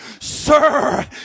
sir